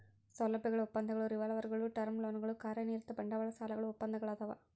ಸೌಲಭ್ಯಗಳ ಒಪ್ಪಂದಗಳು ರಿವಾಲ್ವರ್ಗುಳು ಟರ್ಮ್ ಲೋನ್ಗಳು ಕಾರ್ಯನಿರತ ಬಂಡವಾಳ ಸಾಲಗಳು ಒಪ್ಪಂದಗಳದಾವ